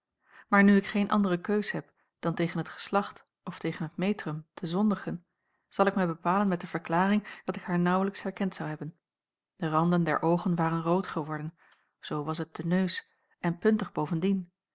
maar nu ik geen andere keus heb dan tegen het geslacht of tegen t metrum te zondigen zal ik mij bepalen met de verklaring dat ik haar naauwlijks herkend zou hebben de randen der oogen waren rood geworden zoo was het de neus en puntig bovendien